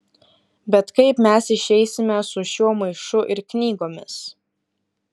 bet kaip mes išeisime su šiuo maišu ir knygomis